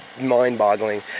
mind-boggling